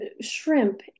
shrimp